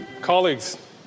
Colleagues